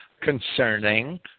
concerning